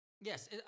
Yes